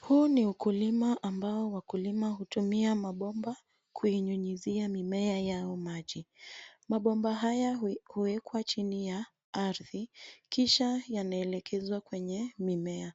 Huu ni ukulima ambao wakulima hutumia mabomba kuinyunyizia mimea yao maji. Mabomba haya huwekwa chini ya ardhi kisha yanaelekezwa kwenye mimea.